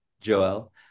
Joel